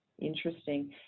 Interesting